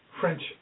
French